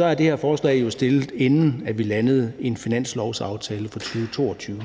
er det her forslag jo fremsat, inden vi landede en finanslovsaftale fra 2022.